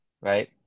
right